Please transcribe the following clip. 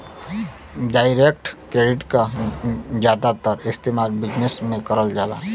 direct credit क जादातर इस्तेमाल बिजनेस में करल जाला